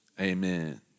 Amen